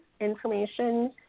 information